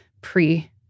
pre